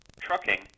trucking